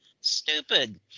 stupid